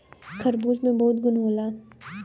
खरबूजा में बहुत गुन होला